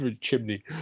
chimney